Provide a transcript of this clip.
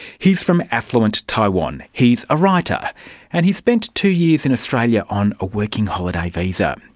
he's from affluent taiwan. he's a writer and he spent two years in australia on a working holiday visa.